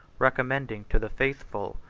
recommending to the faithful,